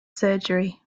surgery